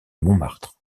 montmartre